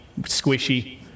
squishy